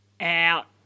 out